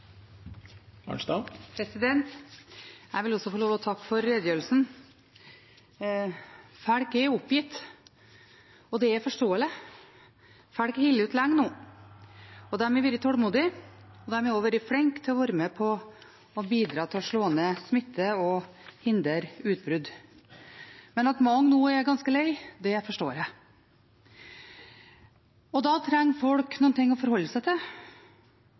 oppgitt, og det er forståelig. Folk har holdt ut lenge nå. De har vært tålmodige, og de har vært flinke til å være med på å bidra til å slå ned smitte og å hindre utbrudd. At mange nå er ganske lei, det forstår jeg. Da trenger folk noe å forholde seg til. Statsministeren sa at nå gjaldt det å skape forutsigbarhet, men jeg er litt usikker på om denne planen som i dag er framlagt, kommer til